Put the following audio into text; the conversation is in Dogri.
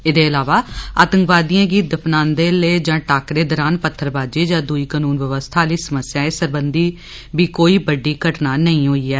एह्दे इलावा आतंकवादिएं गी दफनांदे लै जां टाकरे दरान पत्थरबाजी जां दूई कनून व्यवस्था आली समस्याएं सरबंधी बी कोई बड्डी घटना नेईं होई ऐ